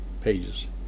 pages